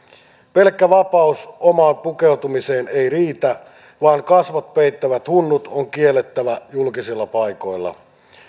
pelkkä vapaus omaan pukeutumiseen ei riitä vaan kasvot peittävät hunnut on kiellettävä julkisilla paikoilla